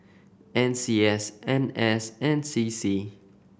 N C S N S and C C